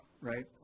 right